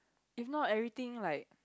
if not everything like